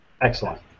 Excellent